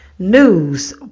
news